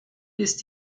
ist